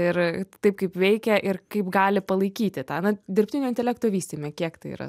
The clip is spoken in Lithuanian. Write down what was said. ir taip kaip veikia ir kaip gali palaikyti tą na dirbtinio intelekto vystyme kiek tai yra